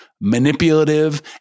manipulative